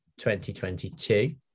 2022